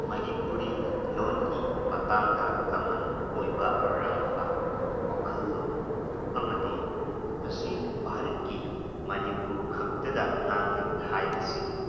ꯃꯅꯤꯄꯨꯔꯤ ꯂꯣꯟꯒꯤ ꯃꯇꯥꯡꯗ ꯀꯝꯃꯟ ꯑꯣꯏꯕ ꯑꯔꯥꯟꯕ ꯋꯥꯈꯜꯂꯣꯟ ꯑꯃꯗꯤ ꯃꯁꯤ ꯚꯥꯔꯠꯀꯤ ꯃꯅꯤꯄꯨꯔꯈꯛꯇꯗ ꯉꯥꯡꯅꯩ ꯍꯥꯏꯕꯁꯤꯅꯤ